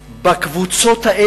אני רק חושב שהנושא הזה,